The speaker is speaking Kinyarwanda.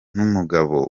numugabo